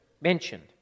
mentioned